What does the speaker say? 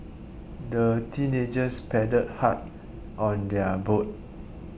the teenagers paddled hard on their boat